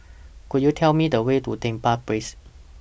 Could YOU Tell Me The Way to Dedap Place